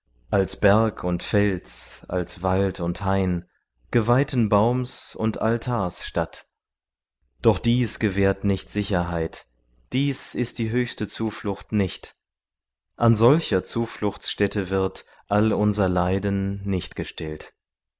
als berg und fels als wald und hain geweihten baums und altars statt doch dies gewährt nicht sicherheit dies ist die höchste zuflucht nicht an solcher zufluchtstätte wird all unser leiden nicht gestillt